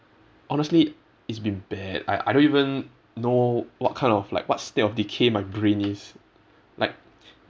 honestly it's been bad I I don't even know what kind of like what state of decay my brain is like